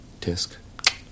disc